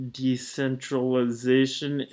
decentralization